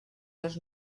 les